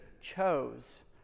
chose